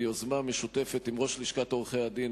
ביוזמה משותפת עם ראש לשכת עורכי-הדין,